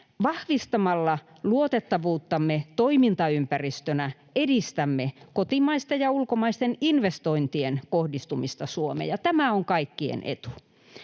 Vahvistamalla luotettavuuttamme toimintaympäristönä edistämme kotimaisten ja ulkomaisten investointien kohdistumista Suomeen. Tämä on kaikkien etu.